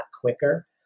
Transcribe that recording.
quicker